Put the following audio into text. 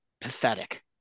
pathetic